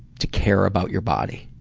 to care about your body.